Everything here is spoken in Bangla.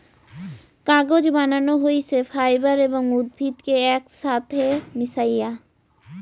কাগজ বানানো হইছে ফাইবার এবং উদ্ভিদ কে একছাথে মিশায়া